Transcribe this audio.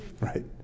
right